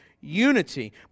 unity